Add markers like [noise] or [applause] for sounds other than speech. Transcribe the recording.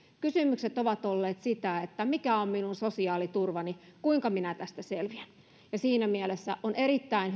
kysymykset ovat olleet tällaisia mikä on minun sosiaaliturvani kuinka minä tästä selviän siinä mielessä on erittäin [unintelligible]